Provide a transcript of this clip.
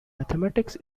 mathematics